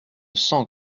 sens